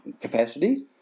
capacity